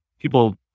People